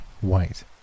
white